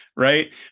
Right